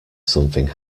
something